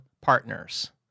partners